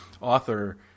author